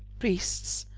priests,